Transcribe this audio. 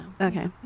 okay